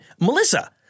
Melissa